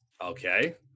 Okay